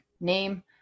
name